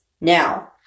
Now